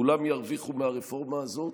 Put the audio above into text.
כולם ירוויחו מהרפורמה הזאת,